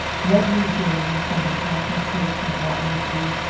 let me gain, from the contemplation of thy misery,